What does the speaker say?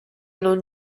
non